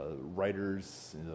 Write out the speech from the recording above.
writers